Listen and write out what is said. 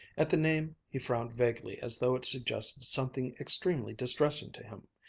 at the name he frowned vaguely as though it suggested something extremely distressing to him,